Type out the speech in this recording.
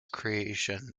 creation